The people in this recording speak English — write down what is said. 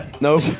Nope